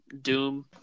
doom